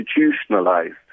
institutionalized